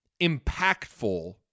impactful –